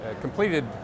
completed